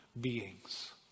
beings